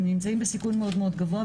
הם נמצאים בסיכון מאוד גבוה,